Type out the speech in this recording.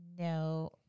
No